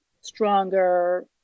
stronger